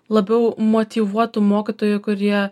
labiau motyvuotų mokytojų kurie